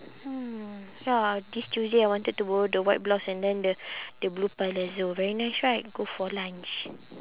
hmm ya this tuesday I wanted to borrow the white blouse and then the the blue palazzo very nice right go for lunch